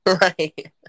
Right